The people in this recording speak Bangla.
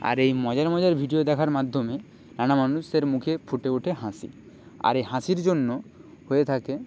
আর এই মজার মজার ভিডিও দেখার মাধ্যমে নানা মানুষের মুখে ফুটে ওঠে হাসি আর এই হাসির জন্য হয়ে থাকে